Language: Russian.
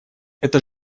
это